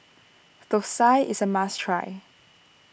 Thosai is a must try